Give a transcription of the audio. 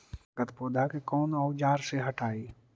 गत्पोदा के कौन औजार से हटायी?